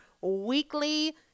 weekly